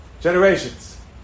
generations